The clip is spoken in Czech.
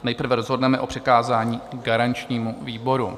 Nejprve rozhodneme o přikázání garančnímu výboru.